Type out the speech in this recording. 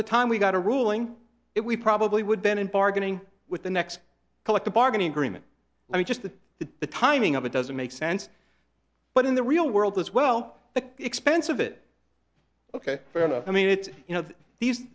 by the time we got a ruling it we probably would then in bargaining with the next collective bargaining agreement i mean just that the timing of it doesn't make sense but in the real world as well the expense of it ok fair enough i mean it's you know these